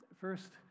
First